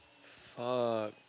Fuck